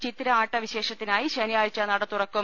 ചിത്തിര ആട്ടവിശേഷത്തിനായി ശനിയാഴ്ച നടതുറ ക്കും